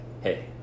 hey